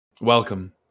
welcome